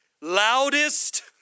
loudest